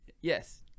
yes